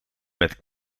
met